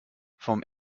vom